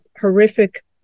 horrific